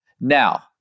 Now